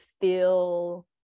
feel